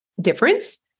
difference